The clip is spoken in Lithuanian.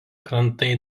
krantai